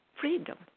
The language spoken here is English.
freedom